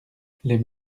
les